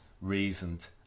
reasoned